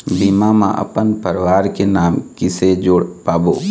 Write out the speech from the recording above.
बीमा म अपन परवार के नाम किसे जोड़ पाबो?